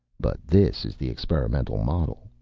but this is the experimental model,